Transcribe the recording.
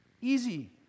Easy